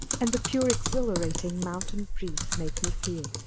and the pure exhilarating mountain breeze, make me feel.